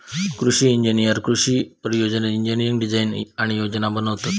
कृषि इंजिनीयर एका कृषि परियोजनेत इंजिनियरिंग डिझाईन आणि योजना बनवतत